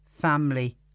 family